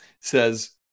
says